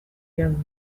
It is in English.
young